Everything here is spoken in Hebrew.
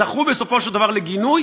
זכו בסופו של דבר לגינוי,